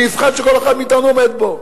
היא מבחן שכל אחד מאתנו עומד בו,